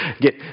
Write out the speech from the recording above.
get